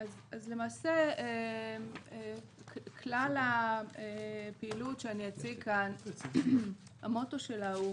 למעשה כלל הפעילות שאציג כאן המוטו שלה הוא